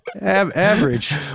average